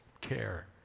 care